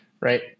right